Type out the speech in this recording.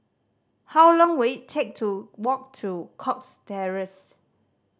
how long will it take to walk to Cox Terrace